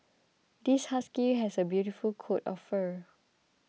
this husky has a beautiful coat of fur